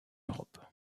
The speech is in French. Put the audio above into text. europe